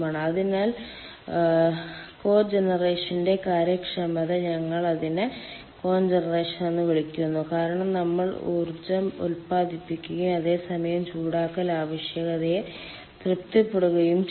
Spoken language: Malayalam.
അതിനാൽ കോജനറേഷന്റെ കാര്യക്ഷമത ഞങ്ങൾ അതിനെ കോജനറേഷൻ എന്ന് വിളിക്കുന്നു കാരണം നമ്മൾ ഊർജ്ജം ഉത്പാദിപ്പിക്കുകയും അതേ സമയം ചൂടാക്കൽ ആവശ്യകതയെ തൃപ്തിപ്പെടുത്തുകയും ചെയ്യുന്നു